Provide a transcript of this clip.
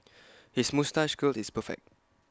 his moustache curl is perfect